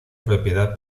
propiedad